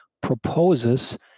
proposes